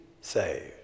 saved